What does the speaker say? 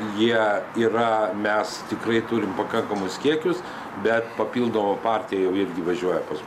jie yra mes tikrai turim pakankamus kiekius bet papildoma partija jau irgi važiuoja pas